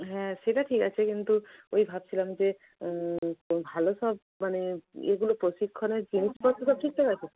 হ্যাঁ সেটা ঠিক আছে কিন্তু ওই ভাবছিলাম যে ভালো সব মানে ইয়েগুলো প্রশিক্ষণের জিনিসপত্র ঠিক থাকবে তো